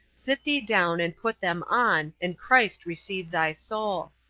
sit thee down and put them on, and christ receive thy soul.